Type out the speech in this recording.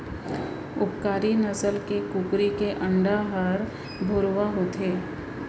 उपकारी नसल के कुकरी के अंडा हर भुरवा होथे